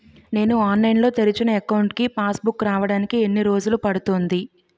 నేను ఆన్లైన్ లో తెరిచిన అకౌంట్ కి పాస్ బుక్ రావడానికి ఎన్ని రోజులు పడుతుంది?